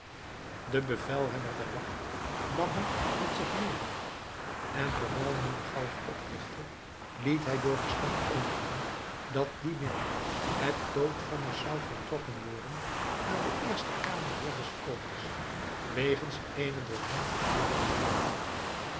de bevelhebber der wacht nam hem met zich mede en terwijl men de galg oprigtte liet hij door de stad omroepen dat dien middag het doodvonnis zou voltrokken worden aan den eersten kamerheer des konings wegens eenen door hem gepleegden moord